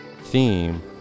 theme